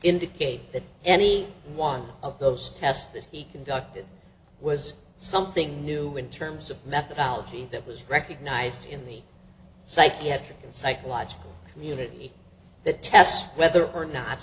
indicate that any one of those tests that he conducted was something new in terms of methodology that was recognized in the psychiatric and psychological community that test whether or not